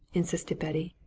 insisted betty.